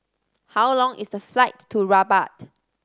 how long is the flight to Rabat